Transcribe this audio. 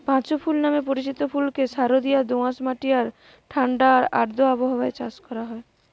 পাঁচু ফুল নামে পরিচিত ফুলকে সারদিয়া দোআঁশ মাটি আর ঠাণ্ডা আর আর্দ্র আবহাওয়ায় চাষ করা হয়